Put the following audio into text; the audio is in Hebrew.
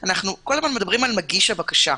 אנחנו קודם כל מדברים על מגיש הבקשה,